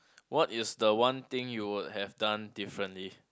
what is the one thing you would have done differently